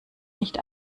nicht